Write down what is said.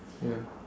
ya